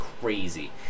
crazy